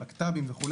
בקת"בים וכו'.